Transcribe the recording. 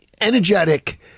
energetic